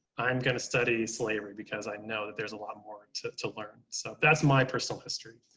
i'm going to study slavery because i know that there's a lot more to to learn. so that's my personal history.